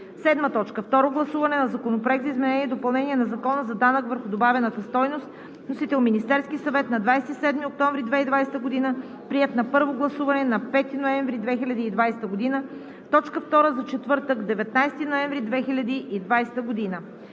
2020 г. 7. Второ гласуване на Законопроекта за изменение и допълнение на Закона за данък върху добавената стойност. Вносител – Министерският съвет, 27 октомври 2020 г. Приет на първо гласуване на 5 ноември 2020 г. – точка втора за четвъртък, 19 ноември 2020 г.